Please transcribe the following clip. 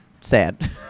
sad